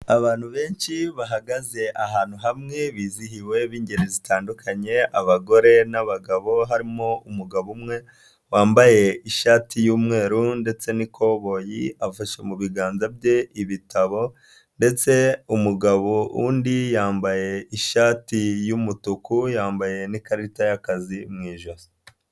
Abantu benshi bahagaze ahantu hamwe, bizihiwe b'ingeri zitandukanye, abagore n'abagabo, harimo umugabo umwe wambaye ishati y'umweru ndetse n'ikoboyi, afashe mu biganza bye ibitabo ndetse umugabo undi yambaye ishati y'umutuku, yambaye n'ikarita y'akazi mu ijosi.